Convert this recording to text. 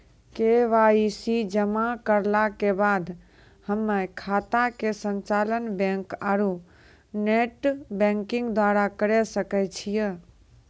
KYC जमा करला के बाद हम्मय खाता के संचालन बैक आरू नेटबैंकिंग द्वारा करे सकय छियै?